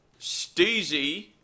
Steezy